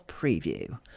preview